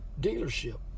dealership